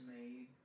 Made